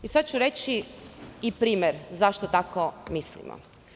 Sada ću reći i primer zašto tako mislimo.